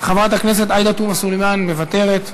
חברת הכנסת עאידה תומא סלימאן, מוותרת,